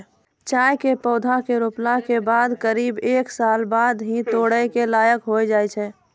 चाय के पौधा रोपला के बाद करीब एक साल बाद ही है तोड़ै लायक होय जाय छै